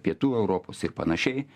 pietų europos ir panašiai